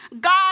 God